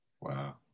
Wow